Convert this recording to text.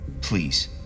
Please